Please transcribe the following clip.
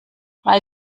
weil